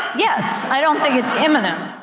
yes, i don't think it's imminent.